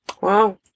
Wow